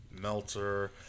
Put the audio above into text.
Melter